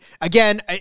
Again